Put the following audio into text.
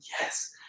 yes